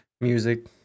music